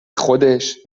خودش